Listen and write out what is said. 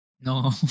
No